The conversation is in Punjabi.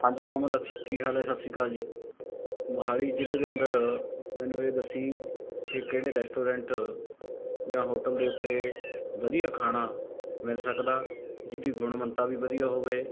ਹਾਂਜੀ ਕਮਲ ਕੀ ਹਾਲ ਹੈ ਸਤਿ ਸ਼੍ਰੀ ਅਕਾਲ ਜੀ ਮੋਹਾਲੀ ਜ਼ਿਲ੍ਹੇ ਦੇ ਅੰਦਰ ਮੈਨੂੰ ਇਹ ਦੱਸੀਂ ਕਿ ਕਿਹੜੇ ਰੈਸਟੋਰੈਂਟ ਜਾਂ ਹੋਟਲ ਦੇ ਉੱਤੇ ਵਧੀਆ ਖਾਣਾ ਮਿਲ ਸਕਦਾ ਜਿਹਦੀ ਗੁਣਵੰਤਾ ਵੀ ਵਧੀਆ ਹੋਵੇ